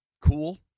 Cool